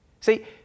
See